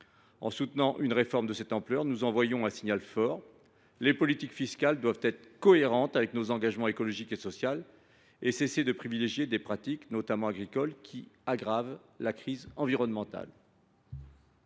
En soutenant une mesure de cette ampleur, nous enverrions un signal fort : les politiques fiscales doivent être cohérentes avec nos engagements écologiques et sociaux et cesser de privilégier des pratiques, notamment agricoles, qui aggravent la crise environnementale.